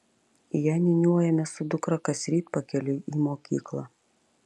ją niūniuojame su dukra kasryt pakeliui į mokyklą